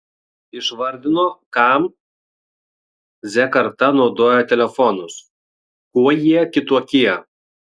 išvardino kam z karta naudoja telefonus kuo jie kitokie